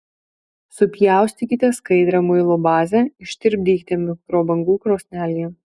supjaustykite skaidrią muilo bazę ištirpdykite mikrobangų krosnelėje